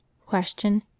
Question